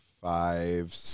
five